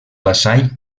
vassall